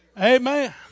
Amen